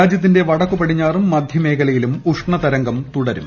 രാജ്യത്തിന്റെ വടക്കു പടിഞ്ഞാറും മധ്യമേഖലയിലും ഉഷ്ണതരംഗം തുടരും